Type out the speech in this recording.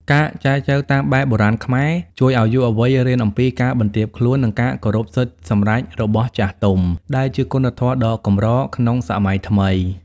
ការចែចូវតាមបែបបុរាណខ្មែរ ជួយឱ្យយុវវ័យរៀនអំពី "ការបន្ទាបខ្លួន និងការគោរពសិទ្ធិសម្រេចរបស់ចាស់ទុំ" ដែលជាគុណធម៌ដ៏កម្រក្នុងសម័យថ្មី។